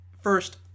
first